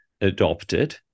adopted